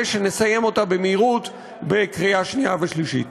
שנסיים אותה במהירות ונצביע עליה בקריאה שנייה ושלישית.